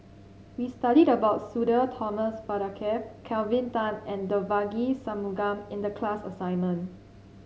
we studied about Sudhir Thomas Vadaketh Kelvin Tan and Devagi Sanmugam in the class assignment